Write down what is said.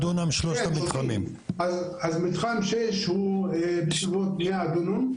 מתחם 6 הוא בסביבות 100 דונם.